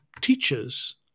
teachers